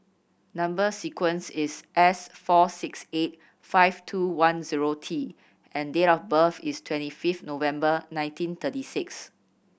number sequence is S four six eight five two one zero T and date of birth is twenty fifth November nineteen thirty six